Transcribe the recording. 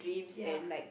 ya